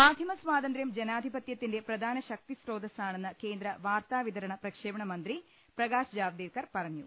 മാധ്യമ സ്വാതന്ത്ര്യം ജനാധിപത്യത്തിന്റെ പ്രധാന ശക്തിസ്രോ തസ്സാണെന്ന് കേന്ദ്ര വാർത്താവിതരണ പ്രക്ഷേപണ മന്ത്രി പ്രകാശ് ജാവ്ദേക്കർ പറഞ്ഞു